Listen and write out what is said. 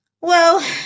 Well